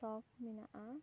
ᱥᱚᱠ ᱢᱮᱱᱟᱜᱼᱟ